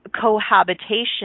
cohabitation